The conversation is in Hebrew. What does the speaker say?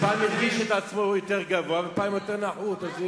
פעם הוא הרגיש את עצמו יותר גבוה ופעם יותר נחות.